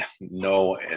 no